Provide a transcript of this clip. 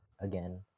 again